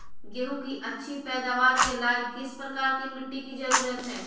गेंहू की अच्छी पैदाबार के लाइट किस प्रकार की मिटटी की जरुरत है?